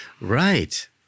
Right